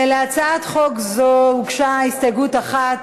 להצעת חוק זו הוגשה הסתייגות אחת,